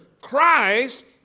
Christ